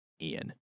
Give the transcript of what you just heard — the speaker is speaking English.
Ian